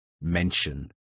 mention